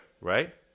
right